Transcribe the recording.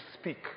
speak